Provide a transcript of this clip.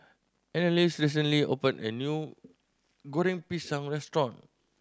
Anneliese recently opened a new Goreng Pisang restaurant